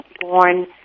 born